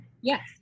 Yes